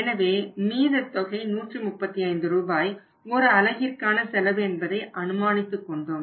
எனவே மீத தொகை 135 ரூபாய் ஒரு அலகிற்கான செலவு என்பதை அனுமானித்துக் கொண்டோம்